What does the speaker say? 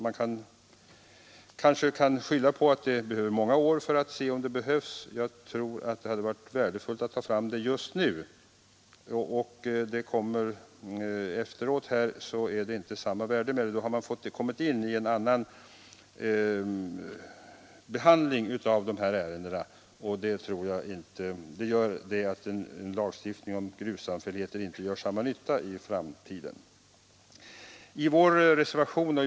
Man kan sedan skylla på att man måste avvakta många år för att finna om lagen behövs. Jag tror att det hade varit värdefullt att få den just nu. Om den kommer senare har den inte samma värde, för då kanske dessa ärenden har börjat behandlas på ett annat sätt. Jag tror alltså att en lagstiftning om täktsamfälligheter inte gör samma nytta i framtiden som den skulle göra nu.